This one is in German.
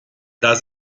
das